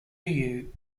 you